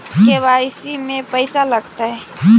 KYC में पैसा लगतै?